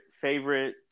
favorite